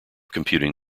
computing